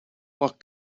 what